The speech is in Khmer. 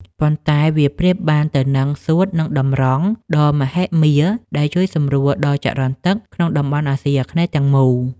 ប៉ុន្តែវាប្រៀបបានទៅនឹង សួត និង តម្រង ដ៏មហិមាដែលជួយសម្រួលដល់ចរន្តទឹកក្នុងតំបន់អាស៊ីអាគ្នេយ៍ទាំងមូល។